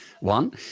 one